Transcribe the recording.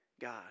God